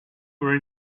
were